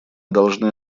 должны